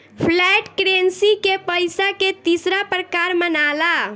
flat currency के पइसा के तीसरा प्रकार मनाला